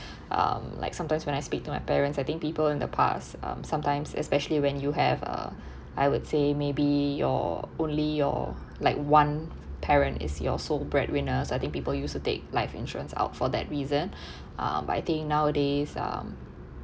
um like sometimes when I speak to my parents I think people in the past um sometimes especially when you have uh I would say maybe your only your like one parent is your soul breadwinners I think people used to take life insurance out for that reason um but I think nowadays um